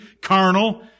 carnal